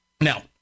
Now